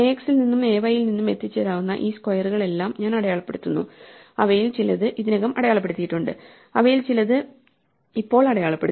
ax ൽ നിന്നും ay യിൽ നിന്നും എത്തിച്ചേരാവുന്ന ഈ സ്ക്വയറുകളെല്ലാം ഞാൻ അടയാളപ്പെടുത്തുന്നു അവയിൽ ചിലത് ഇതിനകം അടയാളപ്പെടുത്തിയിട്ടുണ്ട് അവയിൽ ചിലത് ഇപ്പോൾ അടയാളപ്പെടുത്തി